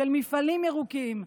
של מפעלים ירוקים,